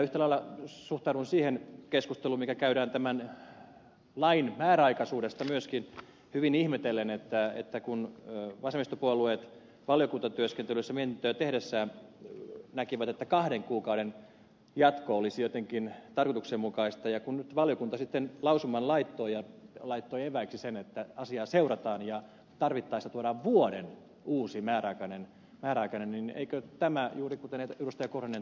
yhtä lailla suhtaudun siihen keskusteluun mikä käydään tämän lain määräaikaisuudesta myöskin hyvin ihmetellen kun vasemmistopuolueet valiokuntatyöskentelyssä mietintöä tehdessään näkivät että kahden kuukauden jatko olisi jotenkin tarkoituksenmukaista ja kun nyt valiokunta sitten lausuman laittoi ja laittoi evääksi sen että asiaa seurataan ja tarvittaessa tuodaan vuoden uusi määräaikainen laki niin eikö tämä juuri kuten ed